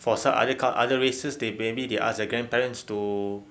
for some other cul~ other races they maybe they ask the grandparents to